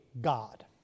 God